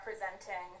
representing